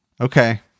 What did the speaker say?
okay